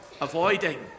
avoiding